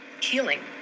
healing